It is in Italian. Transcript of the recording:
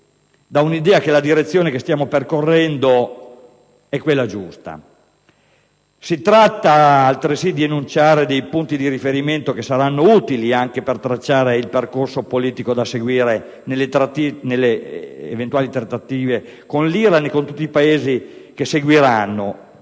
dall'idea che la direzione che stiamo percorrendo è quella giusta. Si tratta altresì di enunciare dei punti di riferimento che saranno utili anche per tracciare il percorso politico da seguire nelle eventuali trattative con l'Iran e con tutti i Paesi che lo seguiranno